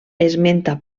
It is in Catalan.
esmenta